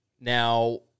Now